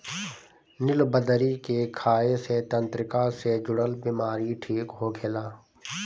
निलबदरी के खाए से तंत्रिका से जुड़ल बीमारी ठीक होखेला